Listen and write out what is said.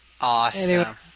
Awesome